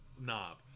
knob